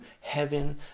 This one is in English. heaven